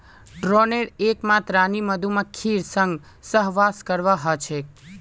ड्रोनेर एकमात रानी मधुमक्खीर संग सहवास करवा ह छेक